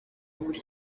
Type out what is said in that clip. buri